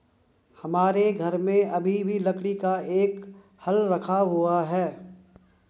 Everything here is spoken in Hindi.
हमारे घर में अभी भी लकड़ी का एक हल रखा हुआ है